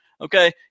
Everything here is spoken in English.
Okay